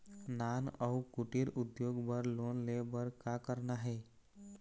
नान अउ कुटीर उद्योग बर लोन ले बर का करना हे?